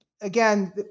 again